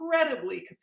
incredibly